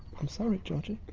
i'm so only drinking